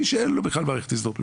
מי שאין בכלל מערכת הזדהות ממשלתית,